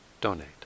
donate